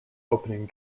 opening